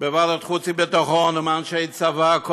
בוועדת החוץ והביטחון ומאנשי צבא כל